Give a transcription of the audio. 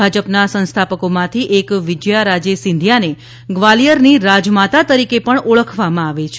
ભાજપના સંસ્થાપકોમાંથી એક વિજયારાજે સિંધિયાને ગ્વાલિયરની રાજમાતા તરીકે પણ ઓળખવામાં આવે છે